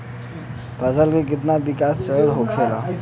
फसल के कितना विकास चरण होखेला?